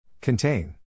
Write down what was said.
Contain